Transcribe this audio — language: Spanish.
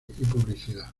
publicidad